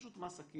פשוט מס עקיף